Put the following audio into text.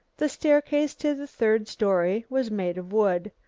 the staircase to the third story was made of wood.